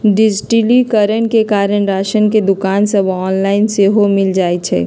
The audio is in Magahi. डिजिटलीकरण के कारण राशन के दोकान सभ ऑनलाइन सेहो मिल जाइ छइ